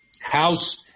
House